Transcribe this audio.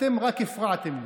אתם רק הפרעתם לי.